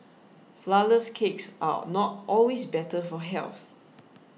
Flourless Cakes are not always better for health